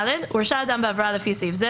(ד)הורשע אדם בעבירה לפי סעיף זה,